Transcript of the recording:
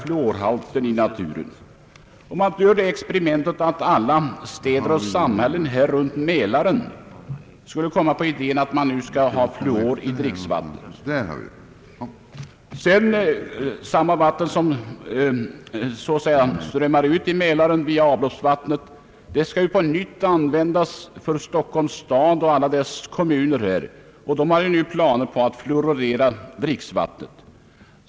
Vi kan göra det tankeexperimentet att alla städer och samhällen runt Mälaren kom på idén att ha fluor i dricksvattnet. Det avloppsvatten som strömmar ut i Mälaren skall ju sedan användas på nytt både för Stockholms stad och för många andra kommuner. Här finns också planer på att fluoridera dricksvattnet.